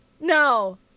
no